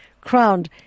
crowned